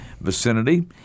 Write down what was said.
vicinity